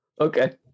Okay